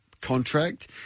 contract